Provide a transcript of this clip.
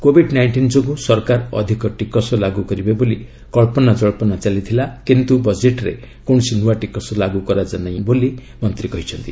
Covid nineteen ଯୋଗୁଁ ସରକାର ଅଧିକ ଟିକସ ଲାଗୁ କରିବେ ବୋଲି କଳ୍ପନାଜଳ୍ପନା ଚାଲିଥିଲା କିନ୍ତୁ ବଜେଟ୍ରେ କୌଣସି ନୂଆ ଟିକସ ଲାଗୁ କରାଯାଇ ନାହିଁ ବୋଲି ମନ୍ତ୍ରୀ କହିଛନ୍ତି